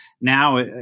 Now